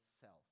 self